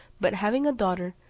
but having a daughter,